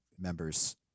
members